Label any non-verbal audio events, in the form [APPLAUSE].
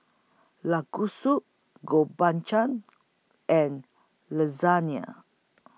[UNINTELLIGIBLE] Gobchang and Lasagne